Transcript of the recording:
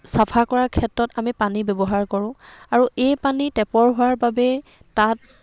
চাফা কৰাৰ ক্ষেত্ৰত আমি পানী ব্যৱহাৰ কৰোঁ আৰু এই পানী টেপৰ হোৱাৰ বাবেই তাত